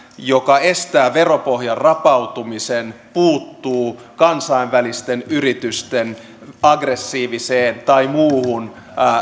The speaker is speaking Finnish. joka estää veropohjan rapautumisen puuttuu kansainvälisten yritysten aggressiiviseen tai muuhun